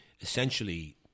essentially